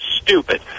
stupid